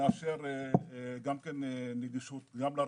שמאפשר נגישות גם לרכבים,